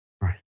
Right